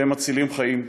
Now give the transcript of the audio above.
והם מצילים חיים.